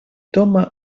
toma